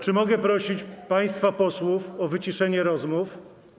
Czy mogę prosić państwa posłów o wyciszenie rozmów?